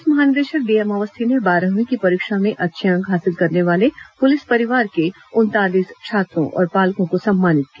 police महानिदेशक DM Awasthi ने बारहवीं की परीक्षा में अच्छे अंक हासिल करने वाले पुलिस परिवार के उनतालीस छात्रों और पालकों को सम्मानित किया